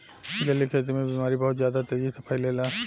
जलीय खेती में बीमारी बहुत ज्यादा तेजी से फइलेला